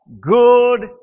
Good